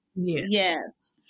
yes